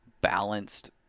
balanced